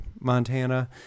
Montana